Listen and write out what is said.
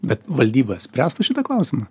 bet valdyba spręstų šitą klausimą